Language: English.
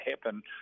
happen